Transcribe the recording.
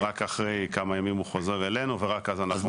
רק אחרי כמה ימים הוא חוזר אלינו ורק אז אנחנו מנפיקים.